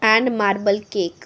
and marble cake